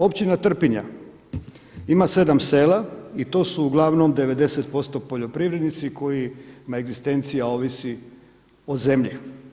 Općina Trpinja ima sedam sela i to su uglavnom 90% poljoprivrednici kojima egzistencija ovisi o zemlji.